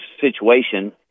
situation